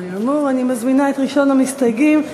אני מזמינה את ראשון המסתייגים,